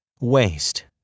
Waste